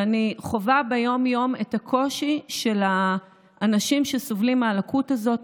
ואני חווה ביום-יום את הקושי של האנשים שסובלים מהלקות הזאת,